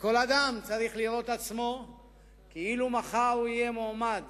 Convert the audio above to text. כל אדם צריך לראות עצמו כאילו מחר הוא יהיה מועמד